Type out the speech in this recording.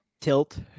tilt